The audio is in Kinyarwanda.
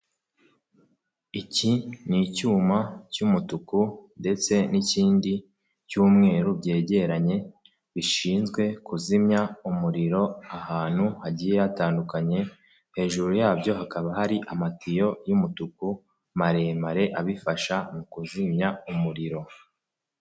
Iki ni cyuma cy'umutuku ndetse n'ikindi cy'umweru byegeranye, bishinzwe kuzimya umuriro ahantu hagiye hatandukanye, hejuru yabyo hakaba hari amatiyo y'umutuku maremare abifasha mu kuzimya umuriro.